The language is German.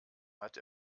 hat